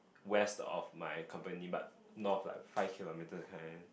west of my company but north but five kilometres kind